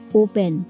open